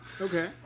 Okay